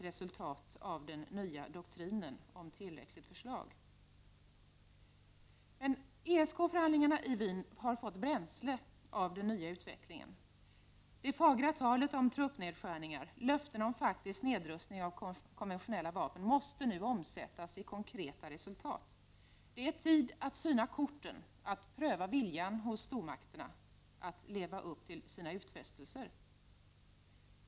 ESK-förhandlingarna i Wien har fått bränsle av den nya utvecklingen. Det fagra talet om truppnedskärningar, och löftena om faktisk nedrustning av konventionella vapen måste nu omsättas i konkreta resultat. Det är tid att syna korten, att pröva viljan hos stormakterna att leva upp till sina utfästelser.